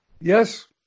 Yes